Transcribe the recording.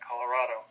colorado